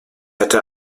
hätte